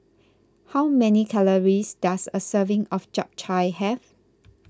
how many calories does a serving of Chap Chai have